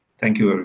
thank you, ah